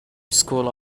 school